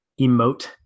emote